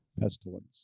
Pestilence